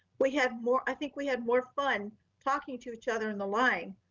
we have more, i think we had more fun talking to each other in the line,